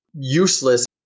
useless